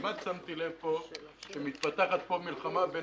שמתי לב שכמעט מתפתחת פה מלחמה בין